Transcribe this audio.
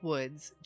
Woods